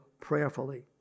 prayerfully